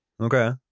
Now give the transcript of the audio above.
Okay